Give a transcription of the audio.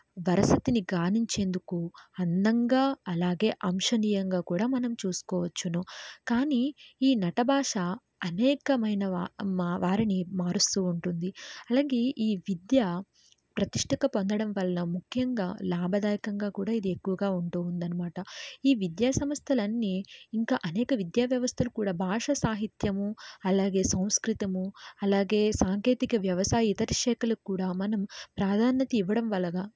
వరసతిని గానించేందుకు అందంగా అలాగే అంశనీయంగా కూడా మనం చూసుకోవచ్చును కానీ ఈ నటభాష అనేకమైన వారిని మారుస్తూ ఉంటుంది అలాగే ఈ విద్య ప్రతిష్టక పొందడం వల్ల ముఖ్యంగా లాభదాయకంగా కూడా ఇది ఎక్కువగా ఉంటూ ఉంది అనమాట ఈ విద్యాసంస్థలు అన్నీ ఇంకా అనేక విద్యావ్యవస్థలు కూడా భాష సాహిత్యము అలాగే సంస్కృతము అలాగే సాంకేతిక వ్యవసాయ ఇతర శాఖలకు కూడా మనం ప్రాధాన్యత ఇవ్వడం వల్ల